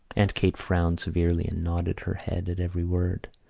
aunt kate frowned severely and nodded her head at every word.